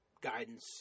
guidance